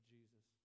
Jesus